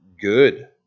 good